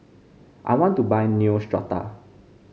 I want to buy Neostrata